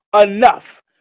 enough